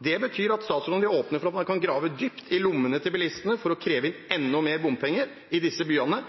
Det betyr at statsråden vil åpne for at man kan grave dypt i lommene til bilistene for å kreve inn enda mer bompenger i disse byene